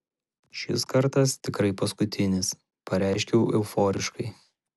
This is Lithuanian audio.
šis kartas tikrai paskutinis pareiškiau euforiškai